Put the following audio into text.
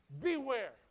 beware